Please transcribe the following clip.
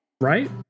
Right